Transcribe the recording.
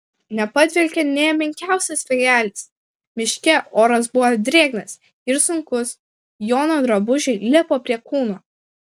nepadvelkė nė menkiausias vėjelis miške oras buvo drėgnas ir sunkus jono drabužiai lipo prie kūno